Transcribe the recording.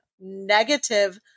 negative